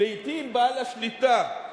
לעתים בעל השליטה,